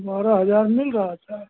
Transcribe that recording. बारह हजार मिल रहा था